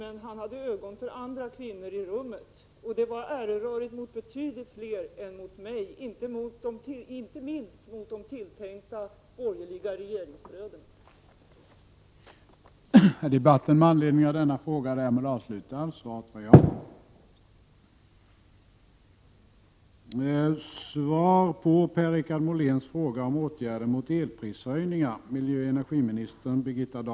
Men han hade ögon för andra kvinnor i rummet, och det var ärerörigt mot betydligt fler än mig, inte minst mot de tilltänkta borgerliga regeringskamraterna.